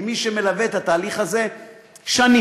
כמי שמלווה את התהליך הזה שנים.